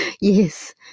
yes